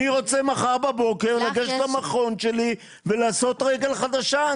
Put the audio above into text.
אני רוצה מחר בבוקר לגשת למכון שלי ולעשות רגל חדשה.